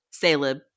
Caleb